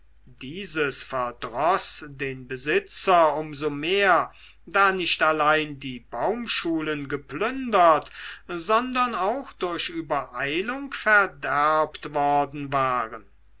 dieses verdroß den besitzer um so mehr da nicht allein die baumschulen geplündert sondern auch durch übereilung verderbt worden waren